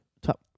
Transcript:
top